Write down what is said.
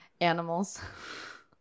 Animals